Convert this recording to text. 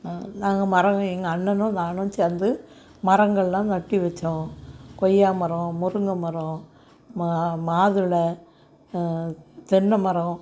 நாங்கள் மரம் எங்கள் அண்ணனும் நானும் சேர்ந்து மரங்கள்லாம் நட்டு வச்சோம் கொய்யாமரம் முருங்கைமரம் மாதுளை தென்னை மரம்